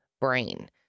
brain